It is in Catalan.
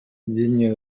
llenya